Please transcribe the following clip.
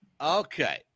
Okay